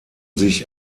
sich